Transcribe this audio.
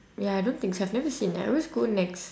ya I don't think so I've never seen I always go nex